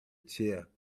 chair